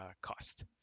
cost